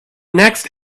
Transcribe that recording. next